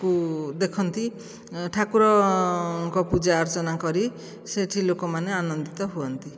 କୁ ଦେଖନ୍ତି ଠାକୁରଙ୍କ ପୂଜା ଅର୍ଚ୍ଚନା କରି ସେଇଠି ଲୋକମାନେ ଆନନ୍ଦିତ ହୁଅନ୍ତି